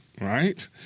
right